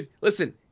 Listen